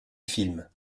film